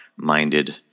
Minded